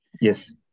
Yes